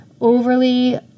Overly